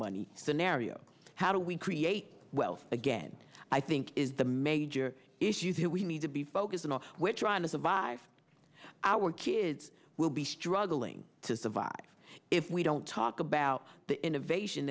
money scenario how do we create wealth again i think is the major issue here we need to be focusing on which are honest vive our kids will be struggling to survive if we don't talk about the innovation